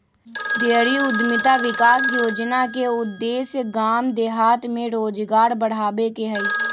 dairy उद्यमिता विकास योजना के उद्देश्य गाम देहात में रोजगार बढ़ाबे के हइ